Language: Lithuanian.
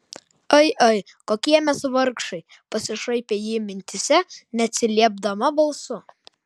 ai ai kokie mes vargšai pasišaipė ji mintyse neatsiliepdama balsu